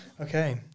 Okay